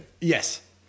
Yes